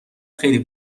خیلی